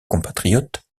compatriotes